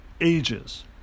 ages